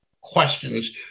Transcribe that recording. questions